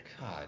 God